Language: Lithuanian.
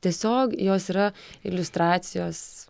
tiesiog jos yra iliustracijos